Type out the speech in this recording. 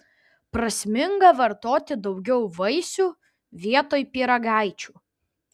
prasminga vartoti daugiau vaisių vietoj pyragaičių